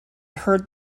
heard